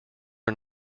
are